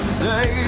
say